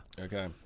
Okay